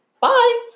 Bye